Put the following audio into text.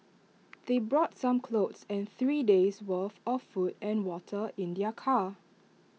they brought some clothes and three days' worth of food and water in their car